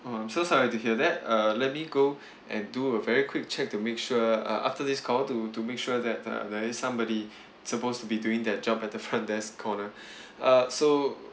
um so sorry to hear that uh let me go and do a very quick check to make sure uh after this call to to make sure that uh there is somebody supposed to be doing their job at the front desk corner uh so